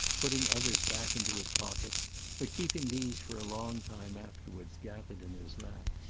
putting others back into his pocket but keeping these for a long time afterwards gathered in his lap.